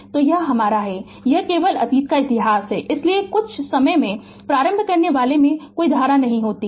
तो यह हमारा है यह केवल अतीत का इतिहास है इसलिए कुछ समय में प्रारंभ करनेवाला में कोई धारा नहीं थी